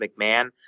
McMahon